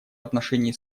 отношении